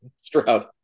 Stroud